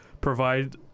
provide